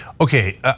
Okay